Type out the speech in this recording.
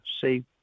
see